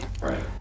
Right